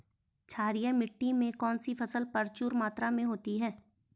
क्षारीय मिट्टी में कौन सी फसल प्रचुर मात्रा में होती है?